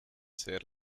sehr